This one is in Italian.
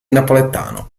napoletano